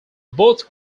both